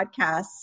podcasts